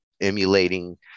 emulating